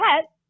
pet